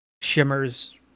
Shimmer's